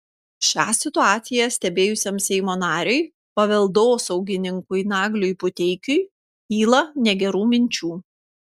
šią situaciją stebėjusiam seimo nariui paveldosaugininkui nagliui puteikiui kyla negerų minčių